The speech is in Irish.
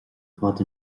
fad